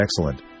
excellent